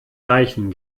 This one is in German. leichen